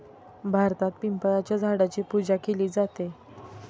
भारतात पिंपळाच्या झाडाची पूजा केली जाते